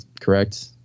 correct